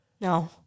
No